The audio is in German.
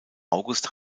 august